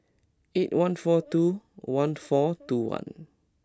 eight one four two one four two one